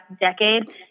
decade